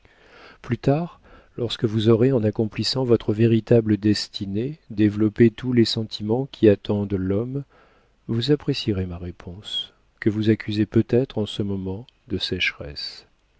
plus tard lorsque vous aurez en accomplissant votre véritable destinée développé tous les sentiments qui attendent l'homme vous apprécierez ma réponse que vous accusez peut-être en ce moment de sécheresse